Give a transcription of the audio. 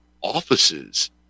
offices